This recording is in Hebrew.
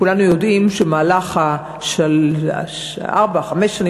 כולנו יודעים שבמהלך ארבע, חמש השנים